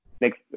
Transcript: next